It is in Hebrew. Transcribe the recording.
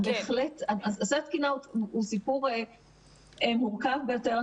נושא התקינה הוא סיפור מורכב ביותר.